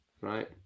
Right